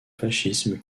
fascisme